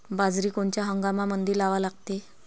बाजरी कोनच्या हंगामामंदी लावा लागते?